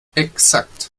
exakt